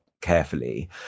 carefully